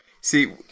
see